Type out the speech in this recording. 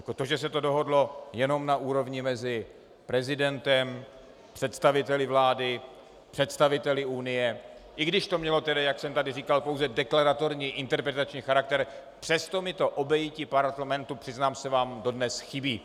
To, že se to dohodlo jenom na úrovni mezi prezidentem, představiteli vlády, představiteli Unie, i když to mělo, jak jsem tady říkal, pouze deklaratorní a interpretační charakter, přesto mi to obejití Parlamentu, přiznám se vám, dodnes chybí.